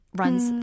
runs